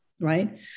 right